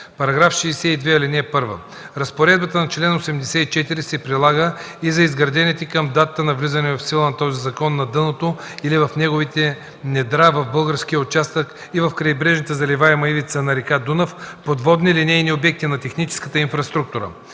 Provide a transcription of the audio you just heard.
„§ 62. (1) Разпоредбата на чл. 84 се прилага и за изградените към датата на влизане в сила на този закон на дъното или в неговите недра в българския участък и в крайбрежната заливаема ивица на река Дунав подводни линейни обекти на техническата инфраструктура.